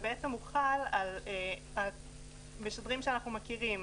בעצם זה חל על משדרים שאנחנו מכירים,